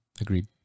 Agreed